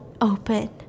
open